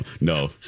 no